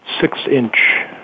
six-inch